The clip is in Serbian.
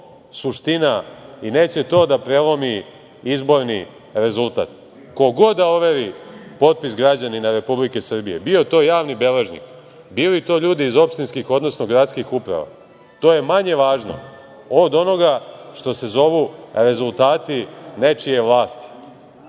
suština i neće to da prelomi izborni rezultat. Ko god da overi potpis građanina Republike Srbije, bio to javni beležnik, bili to ljudi iz opštinskih, odnosno gradskih uprava, to je manje važno od onoga što se zovu rezultati nečije vlasti.